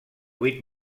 vuit